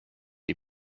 die